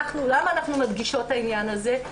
למה אנחנו מדגישות את העניין הזה?